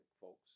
folks